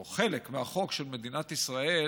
או חלק מהחוק של מדינת ישראל,